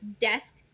desk